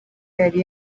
yari